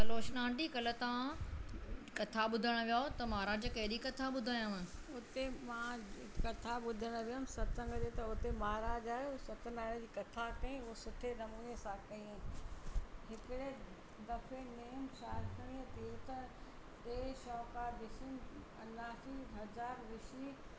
Salochana aunty काल्ह तव्हां कथा ॿुधणु विया हुओ त महाराज कहिड़ी कथा ॿुधायांव हुते मां कथा ॿुधण वियमि सत्संग ते त उते महाराज आहियो सतनारायण जी कथा कयईं उहो सुठे नमूने सां कयईं हिकिड़े दफ़े में चारकणीअ देवता दे श्वाकादिशिन अनासी हज़ार ऋषि